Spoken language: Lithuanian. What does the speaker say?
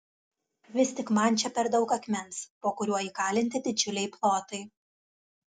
vis tik man čia per daug akmens po kuriuo įkalinti didžiuliai plotai